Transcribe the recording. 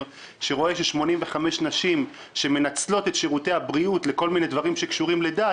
שרואה 85 נשים שמנצלות את שירותי הבריאות לכל מיני דברים שקשורים לדת,